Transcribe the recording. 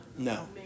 No